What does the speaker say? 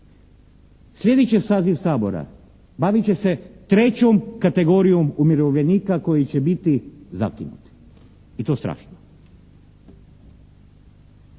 sljedeći saziv Sabora bavit će se trećom kategorijom umirovljenika koji će biti zakinuti i to strašno.